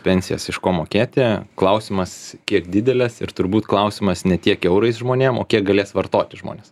pensijas iš ko mokėti klausimas kiek dideles ir turbūt klausimas ne tiek eurais žmonėm o kiek galės vartoti žmonės